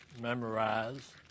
memorize